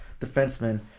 defenseman